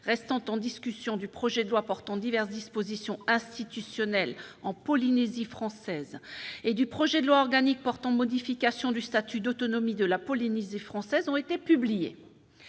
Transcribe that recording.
restant en discussion du projet de loi portant diverses dispositions institutionnelles en Polynésie française et du projet de loi organique portant modification du statut d'autonomie de la Polynésie française, ont été publiés